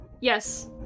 Yes